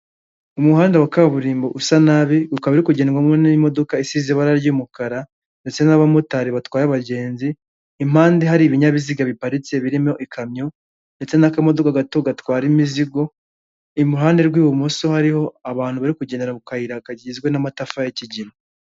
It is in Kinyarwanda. Umuhanda wa kaburimbo usa nabi ukaba kugenwamo n'imodoka isize ibara ry'umukara, ndetse n'abamotari batwaye abagenzi, impande hari ibinyabiziga biparitse birimo ikamyo, ndetse n'akamodoka gato gatwara imizigo, iruhande rw'ibumoso hariho abantu bari kugendera ku kayira kagizwe n'amatafari kigina.